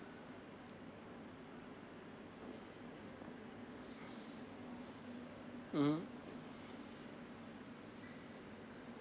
mmhmm